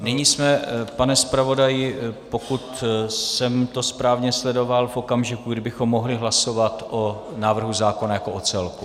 Nyní jsme, pane zpravodaji, pokud jsem to správně sledoval, v okamžiku, kdy bychom mohli hlasovat o návrhu zákona jako o celku.